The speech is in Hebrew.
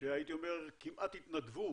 שהייתי אומר כמעט התנדבו